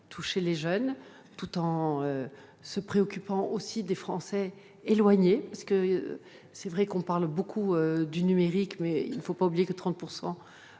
toucher les jeunes, tout en se préoccupant aussi des Français éloignés- on parle beaucoup du numérique, mais il ne faut pas oublier que 30